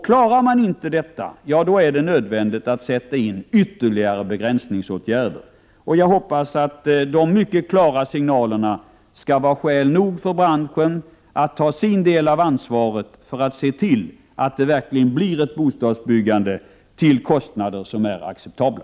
Klarar man inte detta är det nödvändigt att sätta in ytterligare begränsningsåtgärder. Jag hoppas att de mycket klara signalerna skall vara skäl nog för branschen att ta sin del av ansvaret för att se till att det verkligen blir ett bostadsbyggande till kostnader som är acceptabla.